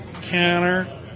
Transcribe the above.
counter